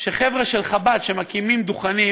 שחבר'ה של חב"ד שמקימים דוכנים,